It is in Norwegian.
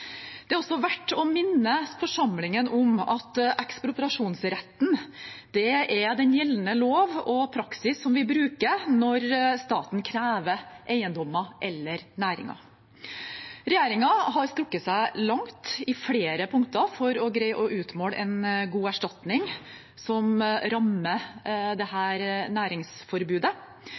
Det er også verdt å minne forsamlingen om at ekspropriasjonsretten er den gjeldende lov og praksis som vi bruker når staten krever eiendommer eller næringer. Regjeringen har strukket seg langt i flere punkter for å greie å utmåle en god erstatning for dem som rammes av dette næringsforbudet.